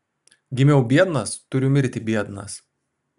gimiau biednas turiu mirti biednas